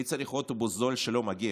מי צריך אוטובוס זול שלא מגיע?